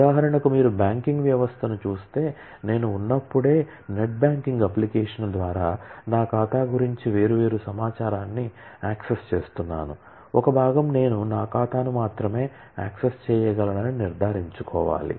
ఉదాహరణకు మీరు బ్యాంకింగ్ వ్యవస్థను చూస్తే నేను ఉన్నప్పుడే నెట్ బ్యాంకింగ్ అప్లికేషన్ ద్వారా నా ఖాతా గురించి వేర్వేరు సమాచారాన్ని యాక్సెస్ చేస్తున్నాను ఒక భాగం నేను నా ఖాతాను మాత్రమే యాక్సెస్ చేయగలనని నిర్ధారించుకోవాలి